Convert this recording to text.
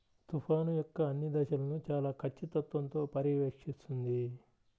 తుఫాను యొక్క అన్ని దశలను చాలా ఖచ్చితత్వంతో పర్యవేక్షిస్తుంది